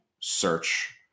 search